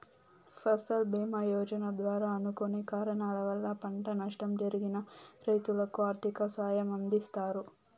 ఫసల్ భీమ యోజన ద్వారా అనుకోని కారణాల వల్ల పంట నష్టం జరిగిన రైతులకు ఆర్థిక సాయం అందిస్తారు